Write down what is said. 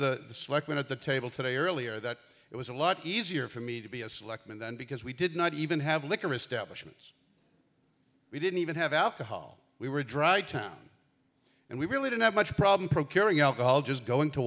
selection at the table today earlier that it was a lot easier for me to be a selectman then because we did not even have liquor establishment we didn't even have alcohol we were dry town and we really didn't have much problem procuring alcohol just go